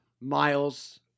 Miles